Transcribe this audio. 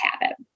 habit